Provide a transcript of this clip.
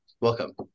Welcome